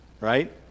Right